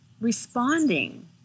responding